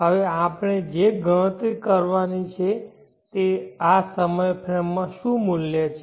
હવે આપણે જે ગણતરી કરવાની જરૂર છે આ સમયફ્રેમ્સ માં શું મૂલ્ય છે